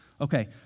Okay